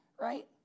right